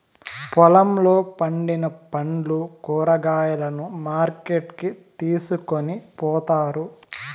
పొలంలో పండిన పండ్లు, కూరగాయలను మార్కెట్ కి తీసుకొని పోతారు